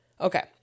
okay